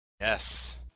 Yes